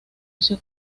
socio